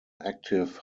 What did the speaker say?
active